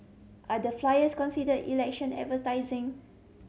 are the flyers considered election advertising